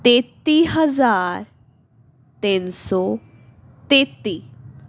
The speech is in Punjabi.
ਤੇਤੀ ਹਜ਼ਾਰ ਤਿੰਨ ਸੌ ਤੇਤੀ